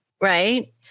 right